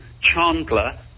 Chandler